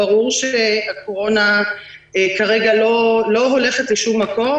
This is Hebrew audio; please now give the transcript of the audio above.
ברור שהקורונה כרגע לא הולכת לשום מקום,